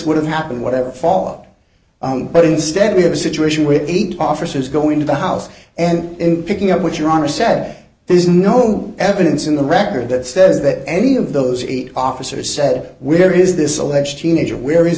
would have happened whatever fall but instead we have a situation where eight officers go into the house and picking up what your honor said there is no evidence in the record that says that any of those officers said were there is this alleged teenager where is